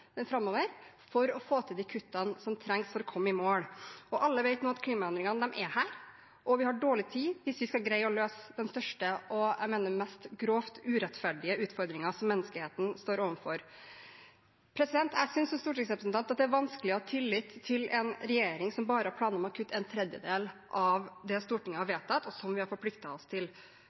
framover for å få til de kuttene som trengs for å komme i mål. Alle vet nå at klimaendringene er her. Vi har dårlig tid hvis vi skal greie å løse den største og det jeg mener er den grovest urettferdige utfordringen menneskeheten står overfor. Jeg synes det som stortingsrepresentant er vanskelig å ha tillit til en regjering som bare har planer om å kutte en tredjedel av det Stortinget har vedtatt, og som vi har forpliktet oss til.